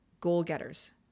goal-getters